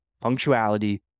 Punctuality